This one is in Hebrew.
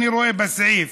אני רואה בסעיף